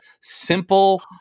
simple